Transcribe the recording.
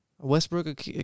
Westbrook